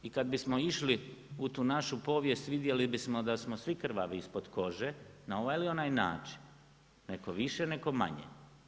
I kada bismo išli u tu našu povijest vidjeli bismo da smo svi krvavi ispod kože na ovaj ili onaj način, netko više, netko manje.